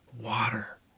water